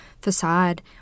facade